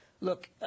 Look